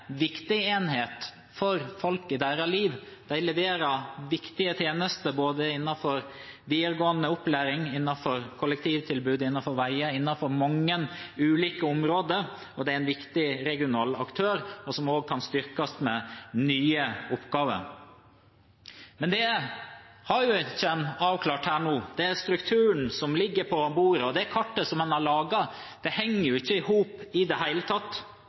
viktig enhet for folk i livet deres. De leverer viktige tjenester både innenfor videregående opplæring, kollektivtilbud, veier, innenfor mange ulike områder. Fylket er en viktig regional aktør som også kan styrkes med nye oppgaver. Men det har en ikke avklart her nå. Den strukturen som ligger på bordet, og det kartet man har laget, henger ikke i hop i det hele tatt.